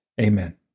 Amen